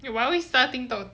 eh 我要会 starting 的